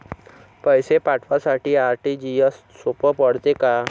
पैसे पाठवासाठी आर.टी.जी.एसचं सोप पडते का?